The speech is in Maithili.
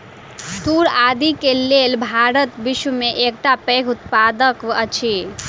तूर आदि के लेल भारत विश्व में एकटा पैघ उत्पादक अछि